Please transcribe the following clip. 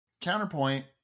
Counterpoint